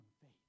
faith